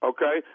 Okay